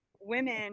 women